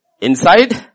inside